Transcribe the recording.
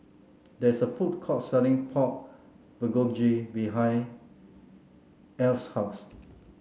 there's a food court selling Pork Bulgogi behind Eryn's house